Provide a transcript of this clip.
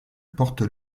porte